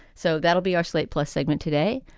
so that'll be our slate plus segment today.